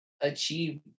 achieve